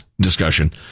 discussion